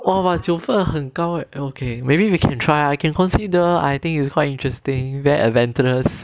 oh but 九分很高 leh okay maybe we can try I can consider I think it's quite interesting very adventurous